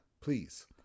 please